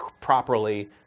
properly